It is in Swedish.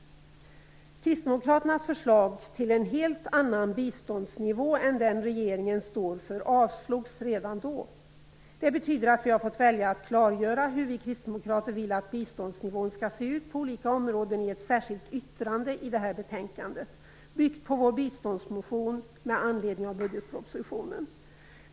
Kristdemokraternas förslag till en helt annan biståndsnivå än den som regeringen står för avslogs redan då. Det betyder att vi i ett särskilt yttrande i detta betänkande har fått välja att klargöra hur vi kristdemokrater vill att biståndsnivån skall se ut på olika områden. Det särskilda yttrandet bygger på vår biståndsmotion med anledning av budgetpropositionen.